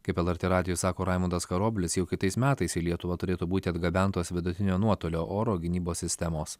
kaip lrt radijui sako raimundas karoblis jau kitais metais į lietuvą turėtų būti atgabentos vidutinio nuotolio oro gynybos sistemos